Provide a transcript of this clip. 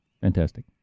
Fantastic